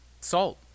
salt